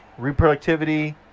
reproductivity